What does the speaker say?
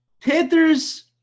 Panthers